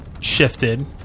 shifted